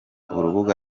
urubuga